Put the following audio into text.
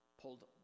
pulled